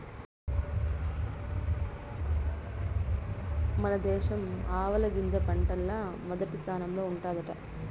మన దేశం ఆవాలగింజ పంటల్ల మొదటి స్థానంలో ఉండాదట